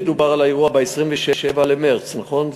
מדובר על האירוע ב-27 במרס, נכון?